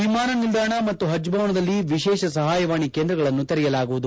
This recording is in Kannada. ವಿಮಾನ ನಿಲ್ದಾಣ ಮತ್ತು ಹಜ್ ಭವನದಲ್ಲಿ ವಿಶೇಷ ಸಹಾಯವಾಣಿ ಕೇಂದ್ರಗಳನ್ನು ತೆರೆಯಲಾಗುವುದು